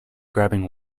grabbing